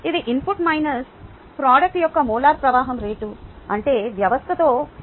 ఇది input product యొక్క molar ప్రవాహం రేటు అంటే వ్యవస్థతో ఫోకస్ ఉన్న అవుట్పుట్ 0